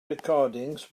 recordings